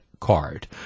card